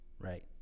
Right